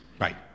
Right